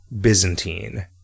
Byzantine